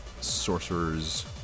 Sorcerer's